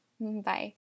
Bye